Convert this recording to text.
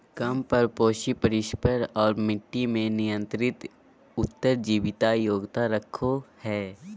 कम परपोषी परिसर और मट्टी में नियंत्रित उत्तर जीविता योग्यता रखो हइ